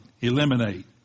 eliminate